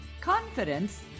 Confidence